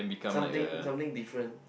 something something different